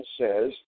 says